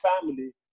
family